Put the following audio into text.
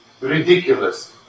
ridiculous